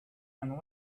and